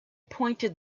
pointed